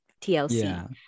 TLC